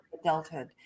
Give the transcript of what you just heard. adulthood